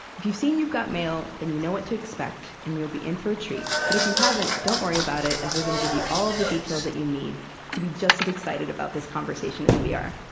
if you've seen you've got mail, then you know what to expect, and you'll be in for a treat. but if you haven't, don't worry about it, as we're gonna give you all of the details that you need to be just as excited about this conversation as we are